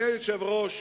אדוני היושב-ראש,